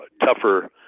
tougher